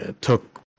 took